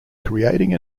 creating